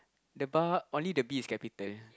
the bar only the B is capital